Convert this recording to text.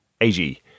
AG